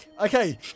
okay